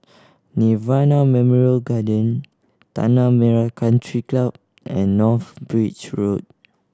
Nirvana Memorial Garden Tanah Merah Country Club and North Bridge Road